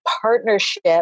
partnership